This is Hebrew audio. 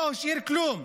לא השאיר כלום.